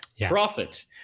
Profit